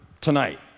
tonight